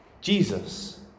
Jesus